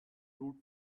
brute